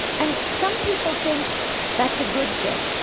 and some people think that's a good thing.